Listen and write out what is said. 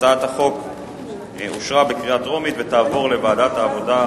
הצעת החוק אושרה בקריאה טרומית ותעבור לוועדת העבודה,